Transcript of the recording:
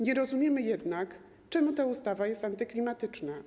Nie rozumiemy jednak, czemu ta ustawa jest antyklimatyczna.